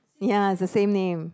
ya the same name